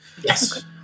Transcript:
Yes